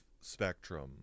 spectrum